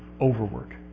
overwork